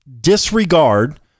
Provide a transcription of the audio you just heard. disregard